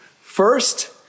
First